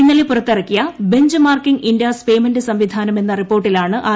ഇന്നലെ പ്പുപ്ത്തിറക്കിയ benchmarking India's payment സംവിധാനം എന്ന റിപ്പോർട്ടിലാണ് ആർ